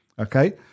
Okay